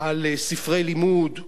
על ספרי לימוד,